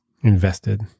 invested